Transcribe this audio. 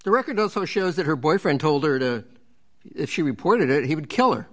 the record also shows that her boyfriend told her to if she reported it he would kill